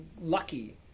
lucky